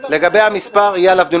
לגבי המספר, יהיה עליו דיון.